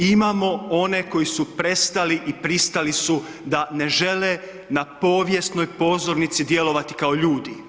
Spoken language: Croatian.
Imamo one koji su prestali i pristali su da ne žele na povijesnoj pozornici djelovati kao ljudi.